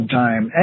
time